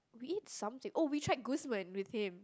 we eat something oh we tried Guzman with him